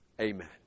Amen